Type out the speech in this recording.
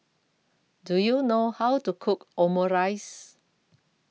Do YOU know How to Cook Omurice